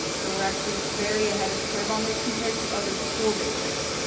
um so we're actually very ahead of the curve on this compared to other school districts.